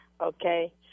Okay